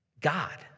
God